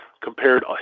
compared